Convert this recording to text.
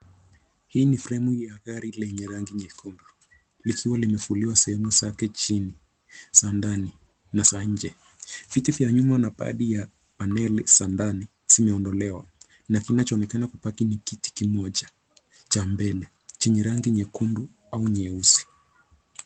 Hii ni fremu ya gari lenye rangi nyekundu likiwa limefuliwa sehemu zake chini, za ndani na za nje. Viti vya nyuma na pad ya panel za ndani zimeondolewa na kinachoonekana kubaki ni kiti kimoja cha mbele chenye rangi nyekundu au nyeusi.